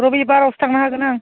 रबिबारावसो थांनो हागोन आं